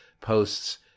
posts